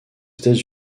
états